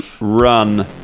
run